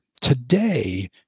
today